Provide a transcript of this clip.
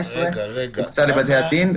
הוקצה לבתי הדין,